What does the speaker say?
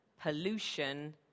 pollution